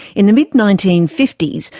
in the mid nineteen fifty s,